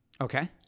Okay